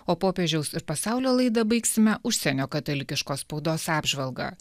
o popiežiaus ir pasaulio laidą baigsime užsienio katalikiškos spaudos apžvalga